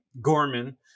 Gorman